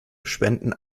spenden